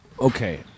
Okay